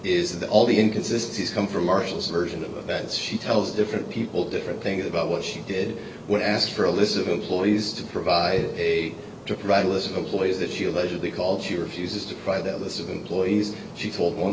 that all the inconsistency is come from marshall's version of events she tells different people different things about what she did when asked for a list of employees to provide a to provide a list of employees that she allegedly called she refuses to buy that list of employees she told one